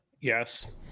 Yes